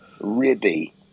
Ribby